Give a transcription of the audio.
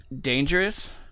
dangerous